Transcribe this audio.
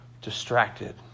distracted